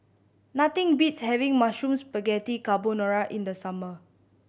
nothing beats having Mushroom Spaghetti Carbonara in the summer